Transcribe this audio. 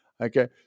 okay